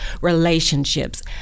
relationships